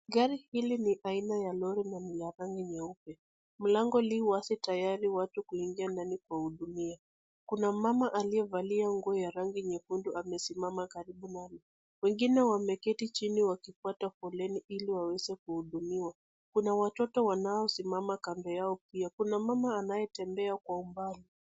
Gari hili ni aina ya lori na ni ya rangi nyeupe. Mlango li wazi tayari watu kuingia ndani kuwahudumia. Kuna mmama aliyevalia nguo ya rangi nyekundu amesimama karibu nalo. Wengine wameketi chini wakifuata foleni iliwaweze kuhudumiwa. Kuna watoto wanaosimama kando yao pia. Kuna mmama anayetembea kwa umbali.